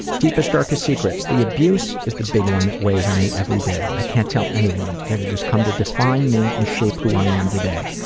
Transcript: deepest darkest secret? the abuse is the one that weighs on me everyday. i can't tell anyone, yet it has come to define me and shape who i am today.